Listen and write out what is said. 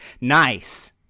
Nice